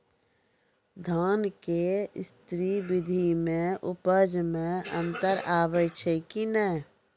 धान के स्री विधि मे उपज मे अन्तर आबै छै कि नैय?